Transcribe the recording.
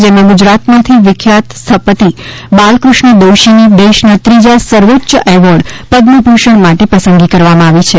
જેમાં ગુજરાતમાંથી વિખ્યાત શ્થપતિ બાલકૃષ્ણ દોશીની દેશના ત્રીજા સર્વોચ્ય એવોર્ડ પદ્મ ભૂષણ માટે પસંદગી કરવામાં આવી છે